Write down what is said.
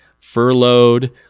Furloughed